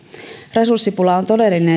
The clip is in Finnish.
resurssipula on todellinen